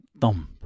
thump